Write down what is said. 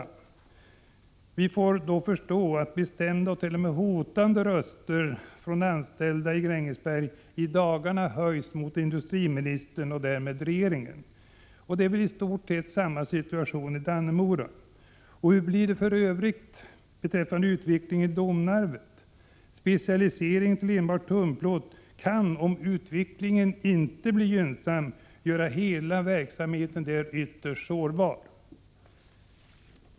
Man får därför förstå de bestämda och t.o.m. hotande röster från anställda i Grängesberg som i dagarna höjs mot industriministern och därmed regeringen. Situationen är väl i stort sett densamma i Dannemora. Hur blir det för övrigt med utvecklingen i Domnarvet? Specialisering till enbart tunnplåt kan, om utvecklingen inte blir gynnsam, göra hela verksamheten där ytterst sårbar.